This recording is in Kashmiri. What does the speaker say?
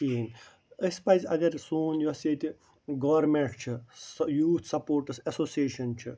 کِہیٖنۍ اسہِ پَزِ اگر سون یۄس ییٚتہِ گورمیٚنٛٹ چھِ سۄ یوٗتھ سپورٹٕس ایٚسوسیشن چھِ